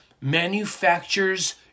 manufactures